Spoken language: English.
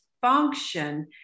function